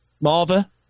Marva